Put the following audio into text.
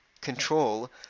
control